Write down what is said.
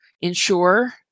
ensure